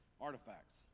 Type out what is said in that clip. artifacts